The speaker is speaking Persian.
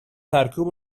سرکوب